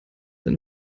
eine